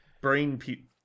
brain